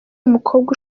umukobwa